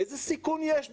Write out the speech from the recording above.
איזה סיכון יש בזה?